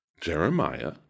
Jeremiah